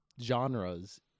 genres